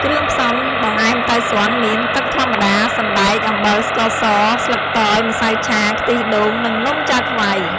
គ្រឿងផ្សំបង្អែមតៅស៊នមាន ទឺកធម្មតា សណ្តែក អំបិល ស្ករស ស្លឹកតយ ម្សៅឆា ខ្ទិះដូង និងនំចាខ្វៃ។